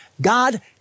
God